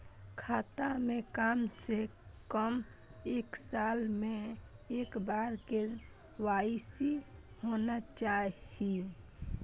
खाता में काम से कम एक साल में एक बार के.वाई.सी होना चाहि?